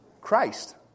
Christ